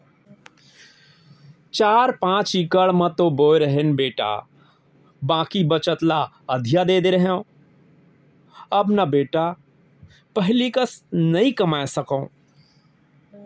चार पॉंच इकड़ म तो बोए रहेन बेटा बाकी बचत ल अधिया दे दिए रहेंव अब न बेटा पहिली कस नइ कमाए सकव